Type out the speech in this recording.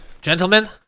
Gentlemen